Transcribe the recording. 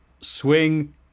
Swing